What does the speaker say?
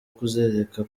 kuzereka